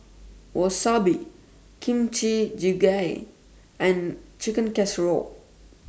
Wasabi Kimchi Jjigae and Chicken Casserole